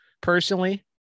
personally